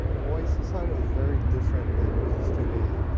hawai'i's society is very different than it is today.